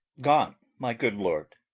gone, my good lord.